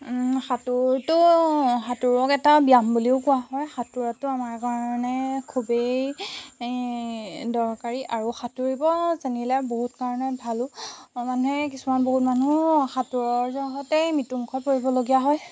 সাঁতোৰটো সাঁতোৰক এটা ব্যায়াম বুলিও কোৱা হয় সাঁতোৰাতো আমাৰ কাৰণে খুবেই দৰকাৰী আৰু সাঁতুৰিব জানিলে বহুত কাৰণে ভালো অঁ মানে কিছুমান মানুহ সাঁতোৰৰ জহতেই মৃত্যুমুখত পৰিবলগীয়া হয়